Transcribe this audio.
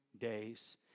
days